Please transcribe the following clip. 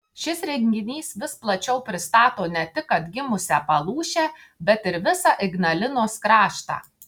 šis renginys vis plačiau pristato ne tik atgimusią palūšę bet ir visą ignalinos kraštą